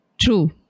True